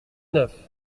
neuf